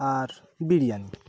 আর biryani